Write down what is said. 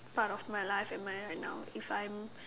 part of my life am I at right now if I'm